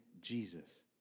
Jesus